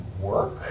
work